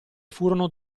furono